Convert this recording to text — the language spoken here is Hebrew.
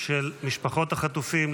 של משפחות החטופים,